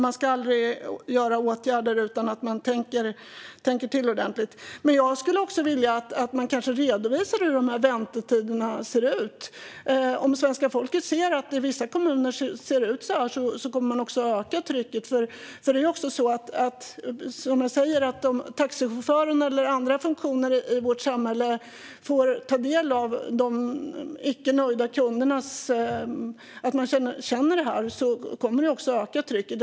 Man ska aldrig vidta åtgärder utan att ha tänkt till ordentligt. Men jag skulle också vilja att man redovisade hur det ser ut med väntetiderna. Om svenska folket ser att det ser ut så här i vissa kommuner kommer man att öka trycket. Det är som med taxichaufförer och andra funktioner i vårt samhälle - får man ta del av vad de icke nöjda kunderna känner kommer det att öka trycket.